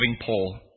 Paul